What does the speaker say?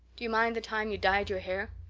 do you mind the time you dyed your hair?